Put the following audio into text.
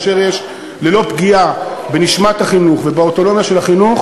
ללא פגיעה בנשמת החינוך ובאוטונומיה של החינוך,